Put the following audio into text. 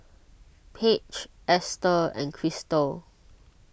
Paige Esther and Cristal